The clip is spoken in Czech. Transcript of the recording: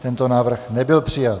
Tento návrh nebyl přijat.